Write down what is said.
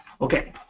Okay